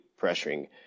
pressuring